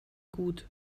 gut